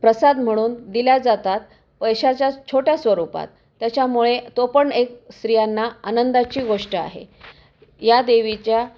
प्रसाद म्हणून दिल्या जातात पैशाच्या छोट्या स्वरूपात त्याच्यामुळे तो पण एक स्त्रियांना आनंदाची गोष्ट आहे या देवीच्या